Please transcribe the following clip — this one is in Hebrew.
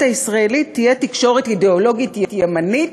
הישראלית תהיה תקשורת אידיאולוגית ימנית,